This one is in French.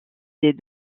des